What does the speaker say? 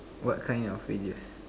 what kind of videos